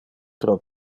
pro